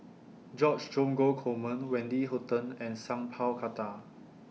George Dromgold Coleman Wendy Hutton and Sat Pal Khattar